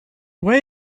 way